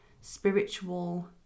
spiritual